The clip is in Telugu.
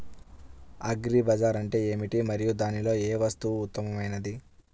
అగ్రి బజార్ అంటే ఏమిటి మరియు దానిలో ఏ వస్తువు ఉత్తమమైనది?